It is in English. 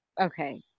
okay